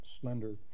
slender